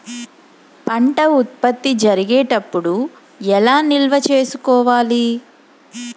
పంట ఉత్పత్తి జరిగేటప్పుడు ఎలా నిల్వ చేసుకోవాలి?